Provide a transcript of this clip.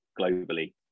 globally